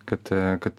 kad kad